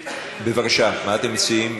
בבקשה, מה אתם מציעים?